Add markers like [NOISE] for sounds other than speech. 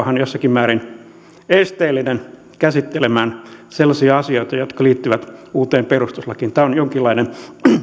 [UNINTELLIGIBLE] hän jossakin määrin esteellinen käsittelemään sellaisia asioita jotka liittyvät uuteen perustuslakiin tämä on jonkinlainen